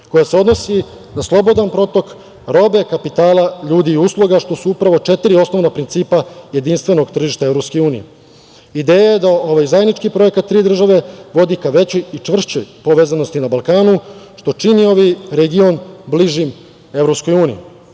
koja se odnosi na slobodan protok robe, kapitala, ljudi i usluga, što su upravo četiri osnovna principa jedinstvenog tržišta EU.Ideja je da ovaj zajednički projekat tri države vodi ka većoj i čvršćoj povezanosti na Balkanu, što čini ovaj region bližim EU.